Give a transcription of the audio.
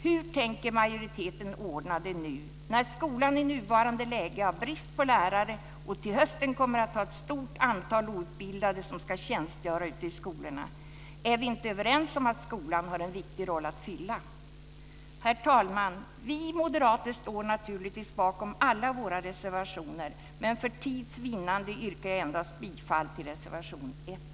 Hur tänker majoriteten ordna det nu, när skolan i nuvarande läge har brist på lärare? Till hösten kommer det att finnas ett stort antal outbildade som ska tjänstgöra ute i skolorna. Är vi inte överens om att skolan har en viktig roll att fylla? Herr talman! Vi moderater står naturligtvis bakom alla våra reservationer, men för tids vinnande yrkar jag bifall endast till reservation 1.